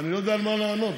מה לענות.